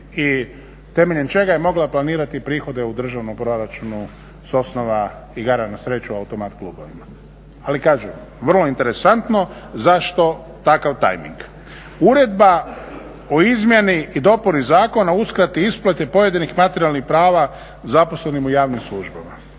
i temeljem čega je mogla planirati prihode u državnom proračunu sa osnova igara na sreću automat klubovima. Ali kažem, vrlo interesantno zašto takav tajming. Uredba o Izmjeni i dopuni Zakona uskrati isplate pojedinih materijalnih prava zaposlenim u javnim službama.